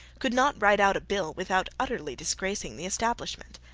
could not write out a bill without utterly disgracing the establishment.